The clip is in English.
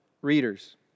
readers